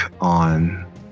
on